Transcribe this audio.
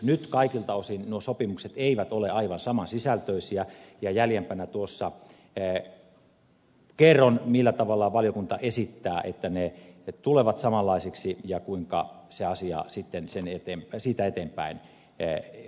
nyt kaikilta osin nuo sopimukset eivät ole aivan saman sisältöisiä ja jäljempänä kerron millä tavalla valiokunta esittää niiden saattamista samanlaisiksi ja kuinka asia siitä eteenpäin hoidetaan